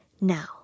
Now